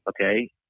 Okay